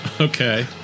Okay